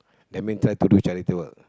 that mean try to do charity work